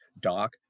Doc